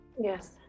yes